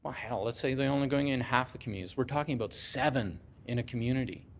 ah hell, let's say they're only going in half the communities. we're talking about seven in a community.